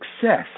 success